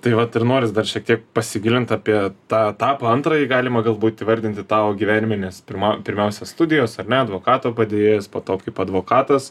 tai vat ir noris dar šiek tiek pasigilint apie tą etapą antrąjį galima galbūt įvardinti tau gyvenime nes pirma pirmiausia studijos ar ne advokato padėjėjas po to kaip advokatas